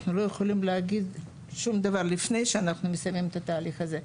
אנחנו לא יכולים להגיד שום דבר לפני שאנחנו מסיימים את התהליך הזה.